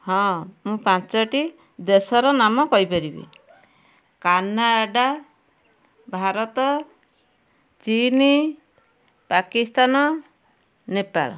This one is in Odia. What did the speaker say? ହଁ ମୁଁ ପାଞ୍ଚଟି ଦେଶର ନାମ କହିପାରିବି କାନାଡ଼ା ଭାରତ ଚୀନ ପାକିସ୍ତାନ ନେପାଳ